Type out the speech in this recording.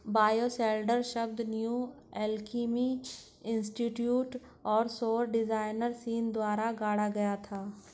bioshelter शब्द New Alchemy Institute और सौर डिजाइनर सीन द्वारा गढ़ा गया था